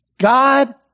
God